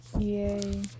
yay